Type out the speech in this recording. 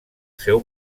seu